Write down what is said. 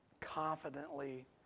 confidently